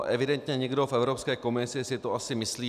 Evidentně někdo v Evropské komisi si to asi myslí.